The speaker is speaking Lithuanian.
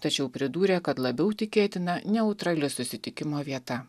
tačiau pridūrė kad labiau tikėtina neutrali susitikimo vieta